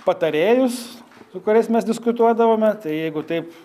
patarėjus su kuriais mes diskutuodavome tai jeigu taip